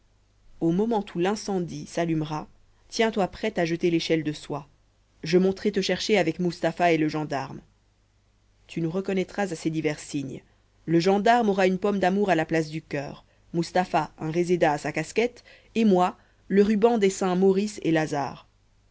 au moment où l'incendie s'allumera tiens-toi prête à jeter l'échelle de soie je monterai te chercher avec mustapha et le gendarme tu nous reconnaîtras à ces divers signes le gendarme aura une pomme d'amour à la place du coeur mustapha un réséda à sa casquette et moi le ruban des saints maurice et lazare